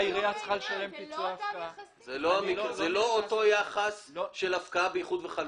זה לא אותו יחס של הפקעה באיחוד וחלוקה,